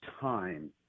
time